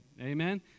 amen